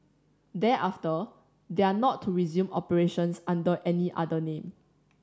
thereafter they are not to resume operations under any other name